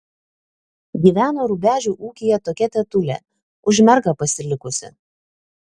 gyveno rubežių ūkyje tokia tetulė už mergą pasilikusi